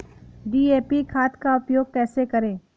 DAP खाद का उपयोग कैसे करें?